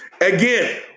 Again